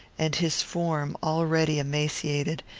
and his form, already emaciated,